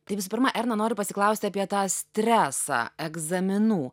tai visų pirma erna noriu pasiklausti apie tą stresą egzaminų